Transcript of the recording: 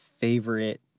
favorite